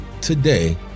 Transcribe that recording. today